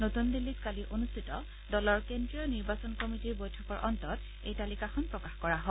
নতুন দিল্লীত কালি অনুষ্ঠিত দলৰ কেন্দ্ৰীয় নিৰ্বাচন কমিটীৰ বৈঠকৰ অন্তত এই তালিকাখন প্ৰকাশ কৰা হয়